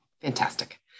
Fantastic